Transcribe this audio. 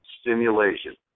stimulation